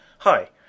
Hi